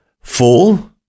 full